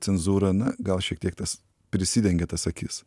cenzūra na gal šiek tiek tas prisidengia tas akis